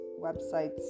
websites